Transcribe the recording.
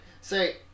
say